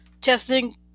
testing